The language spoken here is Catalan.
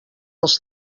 els